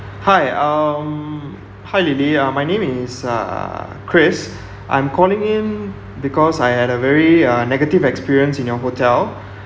hi um hi lily uh my name is uh chris I'm calling in because I had a very uh negative experience in your hotel